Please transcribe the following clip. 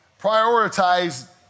prioritize